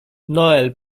noel